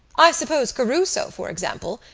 i suppose caruso, for example,